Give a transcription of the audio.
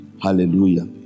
Hallelujah